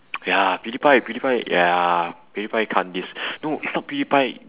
ya pewdiepie pewdiepie ya pewdiepie can't diss no it's not pewdiepie